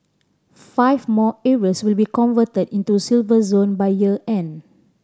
five more areas will be converted into Silver Zone by year end